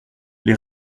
les